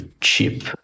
cheap